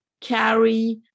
carry